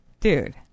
Dude